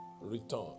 return